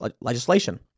legislation